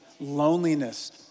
loneliness